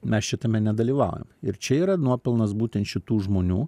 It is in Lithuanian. mes šitame nedalyvaujam ir čia yra nuopelnas būtent šitų žmonių